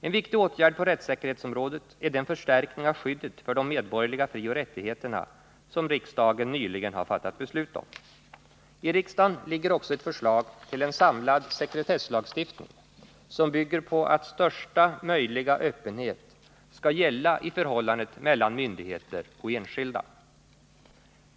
En viktig åtgärd på rättssäkerhetsområdet är den förstärkning av skyddet för de medborgerliga frioch rättigheterna som riksdagen nyligen har fattat beslut om. I riksdagen ligger också ett förslag till en samlad sekretesslagstiftning som bygger på att största möjliga öppenhet skall gälla i förhållandet mellan myndigheter och enskilda.